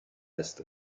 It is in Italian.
est